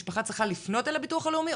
משפחה צריכה לפנות אל הביטוח הלאומי,